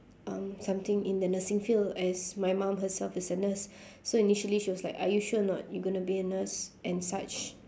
um something in the nursing field as my mum herself is a nurse so initially she was like are you sure or not you gonna be a nurse and such